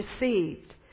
received